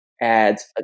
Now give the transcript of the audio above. Adds